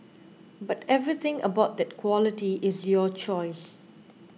but everything about that quality is your choice